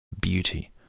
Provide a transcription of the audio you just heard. beauty